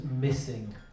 missing